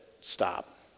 stop